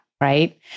right